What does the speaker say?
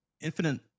infinite